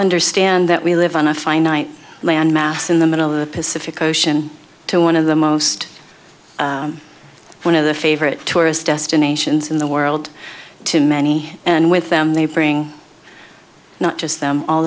understand that we live on a finite landmass in the middle of the pacific ocean to one of the most one of the favorite tourist destinations in the world to many and with them they bring not just them all